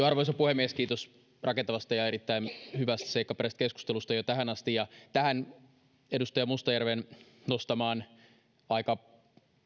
arvoisa puhemies kiitos rakentavasta ja erittäin hyvästä seikkaperäisestä keskustelusta jo tähän asti tähän edustaja mustajärven nostamaan aika